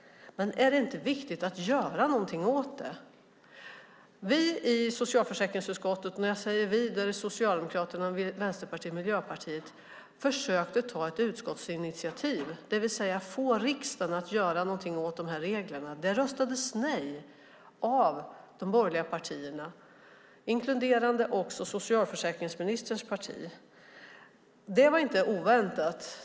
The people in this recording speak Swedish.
Men är det inte viktigt att göra någonting åt det? Vi i socialförsäkringsutskottet - och då menar jag Socialdemokraterna, Vänsterpartiet och Miljöpartiet - försökte ta ett utskottsinitiativ, det vill säga få riksdagen att göra någonting åt reglerna. Det röstades ned av de borgerliga partierna inkluderande socialförsäkringsministerns parti. Det var inte oväntat.